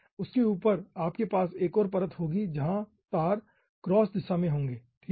उसके थोड़ा ऊपर आपके पास एक और परत होगी जहां तार क्रॉस दिशा में होंगे ठीक है